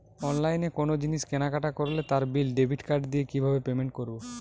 অনলাইনে কোনো জিনিস কেনাকাটা করলে তার বিল ডেবিট কার্ড দিয়ে কিভাবে পেমেন্ট করবো?